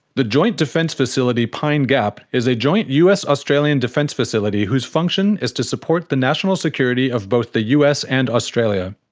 the joint defence facility pine gap is a joint us australian defence facility whose function is to support the national security of both the us and australia.